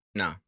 No